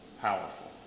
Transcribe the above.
powerful